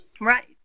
Right